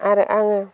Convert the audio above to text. आरो आङो